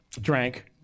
drank